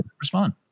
Respond